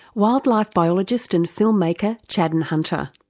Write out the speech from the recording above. wildlife biologist and filmmaker chadden hunter.